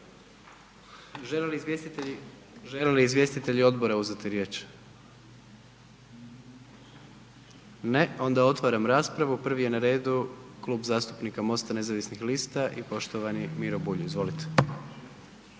Želi li izvjestitelj odbora uzeti riječ? Ne. Otvaram raspravu i prvi će u ime Kluba zastupnika Mosta govoriti poštovani zastupnik Miro Bulj. Izvolite.